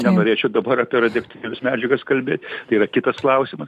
nenorėčiau dabar apie radioaktyvias medžiagas kalbėt tai yra kitas klausimas